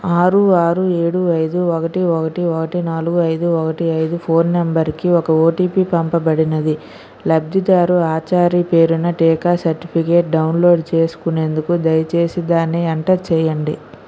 ఆరు ఆరు ఏడు ఐదు ఒకటి ఒకటి ఒకటి నాలుగు ఐదు ఒకటి ఐదు ఫోన్ నెంబరుకి ఒక ఓటీపీ పంపబడినది లబ్ధిదారు ఆచారి పేరున టీకా సర్టిఫికేట్ డౌన్లోడ్ చేసుకునేందుకు దయచేసి దాన్ని ఎంటర్ చేయండి